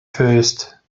first